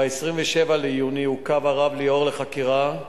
ב-27 ביוני עוכב הרב ליאור לחקירה,